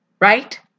right